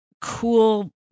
cool